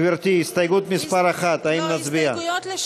גברתי, הסתייגות מס' 1, האם להצביע?